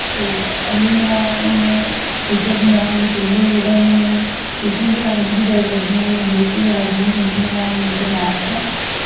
ते आह्ली मेरा हुन फ्यूचर ते मेरा हुन चेंज होई गेदा ऐ इ'यां में टीचिंग दी लाइन च बी जाई सकदी आं में बी एस सी कर दिया क्युंकि मेरा मेजर मैथ्स ऐ